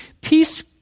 peace